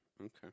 Okay